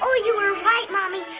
um you were right, mommy.